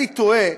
אני תוהה